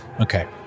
Okay